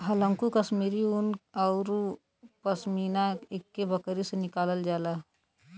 हल्लुक कश्मीरी उन औरु पसमिना एक्के बकरी से निकालल जाला